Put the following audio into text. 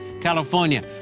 California